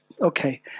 okay